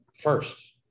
first